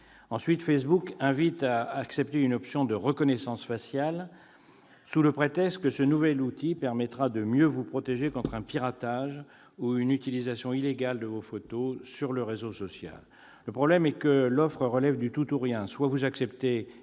Ensuite, Facebook invite à accepter une option de reconnaissance faciale, sous le prétexte que ce nouvel outil permet de mieux protéger l'utilisateur contre un piratage ou une utilisation illégale de ses photos sur le réseau social. Le problème est que l'offre relève du « tout ou rien »: soit, mes chers collègues,